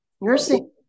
nursing